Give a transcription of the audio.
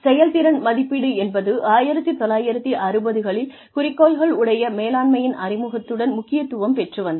செயல்திறன் மதிப்பீடு என்பது 1960 களில் குறிக்கோள்கள் உடைய மேலாண்மையின் அறிமுகத்துடன் முக்கியத்துவம் பெற்று வந்தது